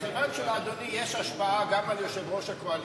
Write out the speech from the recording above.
מכיוון שלאדוני יש השפעה גם על יושב-ראש הקואליציה,